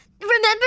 Remember